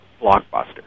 blockbuster